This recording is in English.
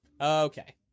Okay